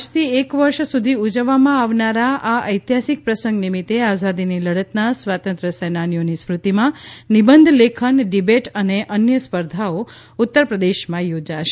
આજથી એક વર્ષ સુધી ઉજવવામાં આવનારા આ ઐતિહાસિક પ્રસંગ નિમિત્તે આઝાદીની લડતના સ્વાતંત્ર્ય સેનાનીઓની સ્મૃતિમાં નિબંધ લેખન ડિબેટ અને અન્ય સ્પર્ધાઓ ઉત્તરપ્રદેશમાં યોજાશે